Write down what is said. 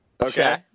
Okay